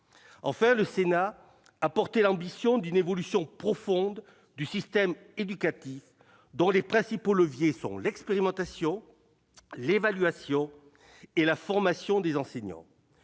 Le Sénat a porté l'ambition d'une évolution profonde du système éducatif, dont les principaux leviers sont l'expérimentation, l'évaluation et la formation des enseignants.